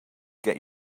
get